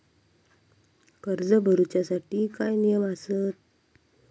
कर्ज भरूच्या साठी काय नियम आसत?